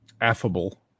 affable